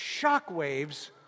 shockwaves